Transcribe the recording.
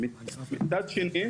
מצד שני,